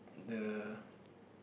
the